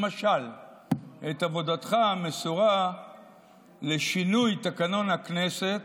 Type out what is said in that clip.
למשל את עבודתך המסורה לשינוי תקנון הכנסת.